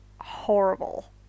horrible